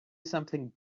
something